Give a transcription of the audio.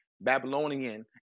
Babylonian